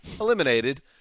eliminated